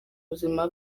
buzima